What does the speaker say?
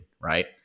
right